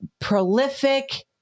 prolific